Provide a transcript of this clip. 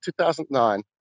2009